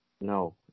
No